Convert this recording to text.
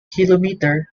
kilometre